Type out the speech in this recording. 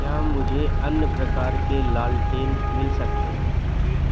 क्या मुझे अन्य प्रकार के लालटेन मिल सकते हैं